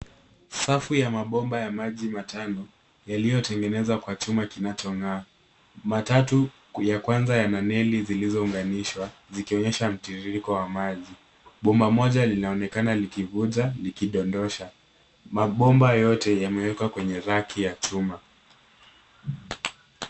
Safu ya mabomba ya maji matano yaliyotengenezwa kwa chuma kinachong'aa. Matatu ya kwanza yana neli zilizounganishwa zikionyesha mtiririko wa maji. Bomba moja linaonekana likivuja likidondosha. Mabomba yote yamewekwa kwenye raki ya chuma.